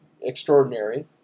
extraordinary